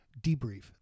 Debrief